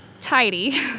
tidy